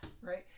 right